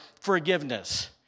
forgiveness